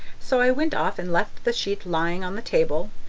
so i went off and left the sheet lying on the table,